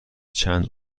چند